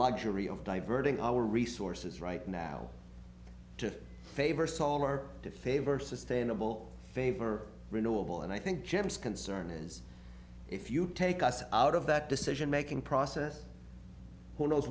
luxury of diverting our resources right now to favor saul arc to favor sustainable favor renewable and i think gems concern is if you take us out of that decision making process who knows